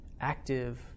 active